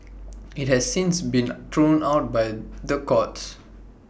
IT has since been thrown out by the courts